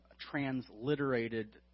transliterated